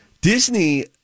Disney